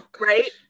right